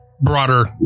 broader